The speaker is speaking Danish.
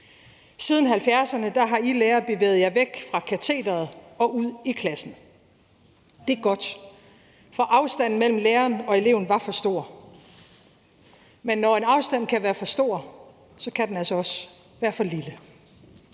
Siden 1970'erne har I lærere bevæget jer væk fra katederet og ud i klassen. Det er godt, for afstanden mellem læreren og eleven var for stor. Men når en afstand kan være for stor, kan den altså også være for lille.